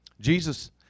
Jesus